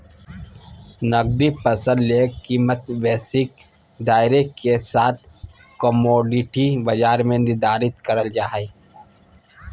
नकदी फसल ले कीमतवैश्विक दायरेके साथकमोडिटी बाजार में निर्धारित करल जा हइ